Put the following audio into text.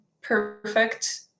perfect